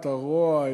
את הרוע,